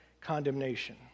condemnation